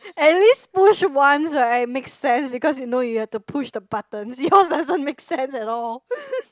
at least push once right make sense because you know you have to push the buttons yours doesn't make sense at all